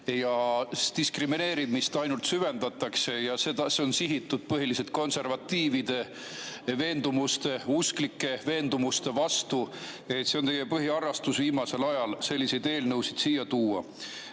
diskrimineerimist ainult süvendatakse ning see on sihitud põhiliselt konservatiivide ja usklike veendumuste vastu. See on teie põhiharrastus viimasel ajal, selliseid eelnõusid siia tuua.